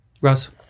Russ